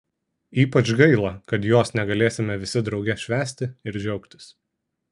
ypač gaila kad jos negalėsime visi drauge švęsti ir džiaugtis